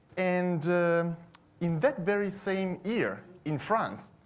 and in that very same year in france,